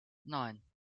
nein